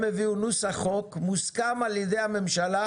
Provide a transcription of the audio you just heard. הם הביאו נוסח חוק מוסכם על ידי הממשלה